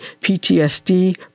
PTSD